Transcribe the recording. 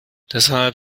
deshalb